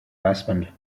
husband